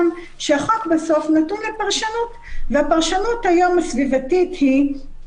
שהחוק בסוף נתון לפרשנות והפרשנות הסביבתית היום היא: